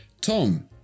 Tom